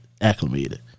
acclimated